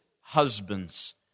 husbands